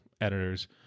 editors